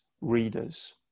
readers